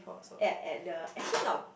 at at the actually not